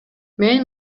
мен